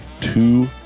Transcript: two